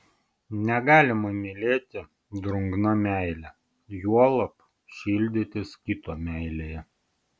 negalima mylėti drungna meile juolab šildytis kito meilėje